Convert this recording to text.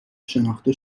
شناخته